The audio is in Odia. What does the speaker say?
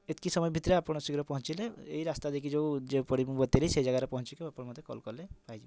ଏତିକି ସମୟ ଭିତରେ ଆପଣ ଶୀଘ୍ର ପହଞ୍ଚିଲେ ଏଇ ରାସ୍ତା ଦେଇକି ଯେଉଁ ପଡ଼ିବ ବତୀରେ ସେଇ ଜାଗାରେ ପହଞ୍ଚିକି ଆପଣ ମୋତେ କଲ୍ କଲେ ପାଇଯିବେ